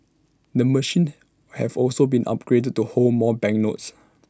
the machines have also been upgraded to hold more banknotes